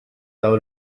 dawn